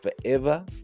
forever